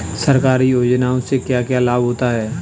सरकारी योजनाओं से क्या क्या लाभ होता है?